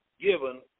Given